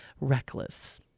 Reckless